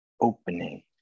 opening